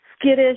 skittish